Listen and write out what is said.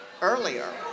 earlier